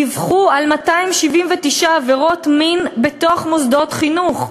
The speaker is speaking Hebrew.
דיווחו על 279 עבירות מין בתוך מוסדות חינוך,